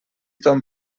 ton